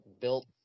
built